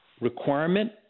requirement